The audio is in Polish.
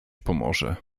pomoże